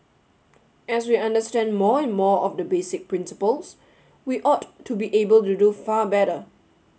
as we understand more and more of the basic principles we ought to be able to do far better